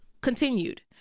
continued